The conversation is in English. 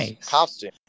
costume